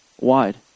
wide